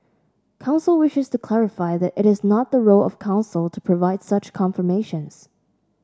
council wishes to clarify that it is not the role of Council to provide such confirmations